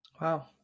wow